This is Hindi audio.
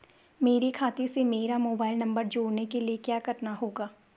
मेरे खाते से मेरा मोबाइल नम्बर जोड़ने के लिये क्या करना होगा?